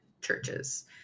churches